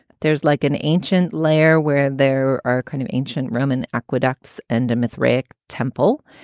there's like an ancient layer where there are kind of ancient roman aqueducts and a myth. rick temple.